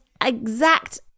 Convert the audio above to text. exact